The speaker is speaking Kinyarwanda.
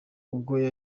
ubwo